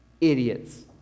idiots